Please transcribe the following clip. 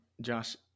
josh